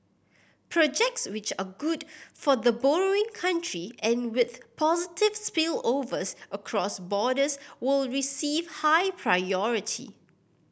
projects which are good for the borrowing country and with positive spillovers across borders will receive high priority